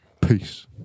Peace